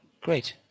great